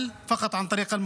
התוכנית, כשהייתי קטן.